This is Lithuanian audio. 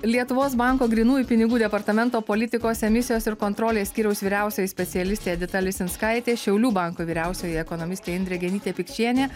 lietuvos banko grynųjų pinigų departamento politikos emisijos ir kontrolės skyriaus vyriausioji specialistė edita lisinskaitė šiaulių banko vyriausioji ekonomistė indrė genytė pikčienė